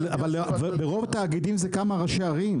אבל ברוב התאגידים זה כמה ראשי ערים.